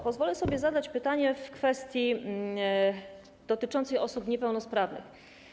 Pozwolę sobie zadać pytanie w kwestii dotyczącej osób niepełnosprawnych.